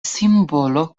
simbolo